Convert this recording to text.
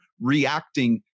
reacting